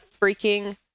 freaking